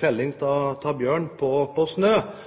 felling av bjørn på